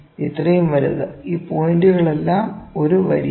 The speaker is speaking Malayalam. ഇത്രയും വലുത് ഈ പോയിന്റുകളെല്ലാം ഒരു വരിയിൽ